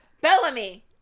bellamy